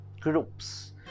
groups